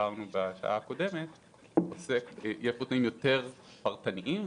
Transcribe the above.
--- יותר פרטניים,